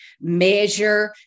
measure